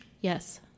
Yes